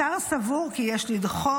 השר סבור כי יש לדחות